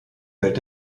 welt